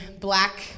black